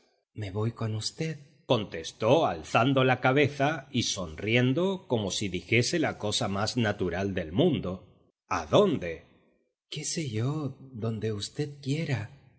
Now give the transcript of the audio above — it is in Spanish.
me voy con v contestó alzando la cabeza y sonriendo como si dijese la cosa más natural del mundo a dónde qué sé yo donde v quiera